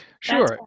Sure